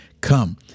Come